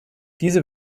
diese